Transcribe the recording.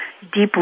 deeply